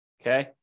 Okay